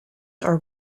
are